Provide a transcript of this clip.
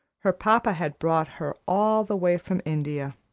her papa had brought her all the way from india.